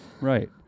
Right